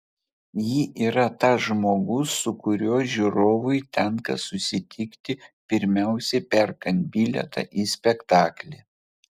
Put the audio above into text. ji yra tas žmogus su kuriuo žiūrovui tenka susitikti pirmiausiai perkant bilietą į spektaklį